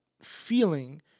feeling